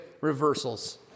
reversals